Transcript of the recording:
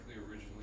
originally